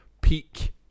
peak